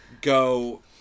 go